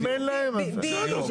אם אין להם, זה בנוסף.